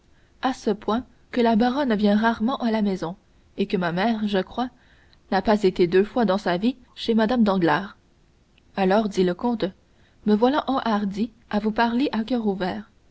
à ce point que la baronne vient rarement à la maison et que ma mère je crois n'a pas été deux fois dans sa vie chez madame danglars alors dit le comte me voilà enhardi à vous parler à coeur ouvert